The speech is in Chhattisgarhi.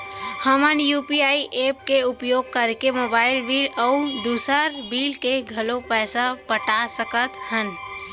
हमन यू.पी.आई एप के उपयोग करके मोबाइल बिल अऊ दुसर बिल के घलो पैसा पटा सकत हन